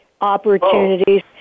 opportunities